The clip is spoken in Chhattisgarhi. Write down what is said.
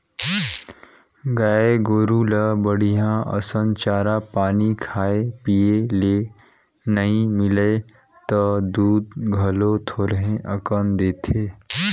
गाय गोरु ल बड़िहा असन चारा पानी खाए पिए ले नइ मिलय त दूद घलो थोरहें अकन देथे